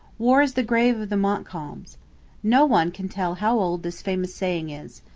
war is the grave of the montcalms no one can tell how old this famous saying is.